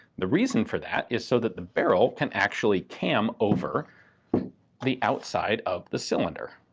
the reason for that is so that the barrel can actually cam over the outside of the cylinder.